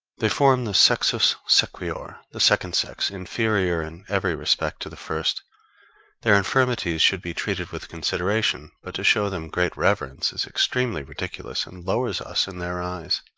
they form the sexus sequior the second sex, inferior in every respect to the first their infirmities should be treated with consideration but to show them great reverence is extremely ridiculous, and lowers us in their eyes.